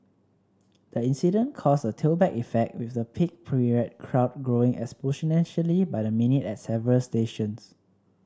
the incident caused a tailback effect with the peak period crowd growing exponentially by the minute at several stations